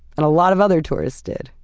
and a lot of other tourists did,